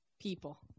people